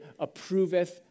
approveth